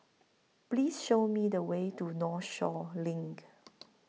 Please Show Me The Way to Northshore LINK